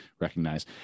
recognize